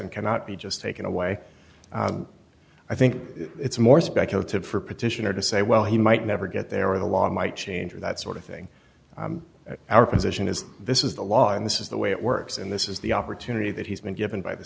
investment cannot be just taken away i think it's more speculative for petitioner to say well he might never get there or the law might change or that sort of thing our position is this is the law and this is the way it works and this is the opportunity that he's been given by the